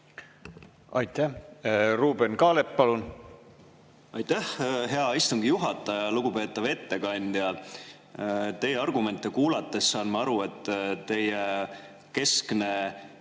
Aitäh! Ruuben Kaalep, palun! Aitäh, hea istungi juhataja! Lugupeetav ettekandja! Teie argumente kuulates saan ma aru, et teie keskne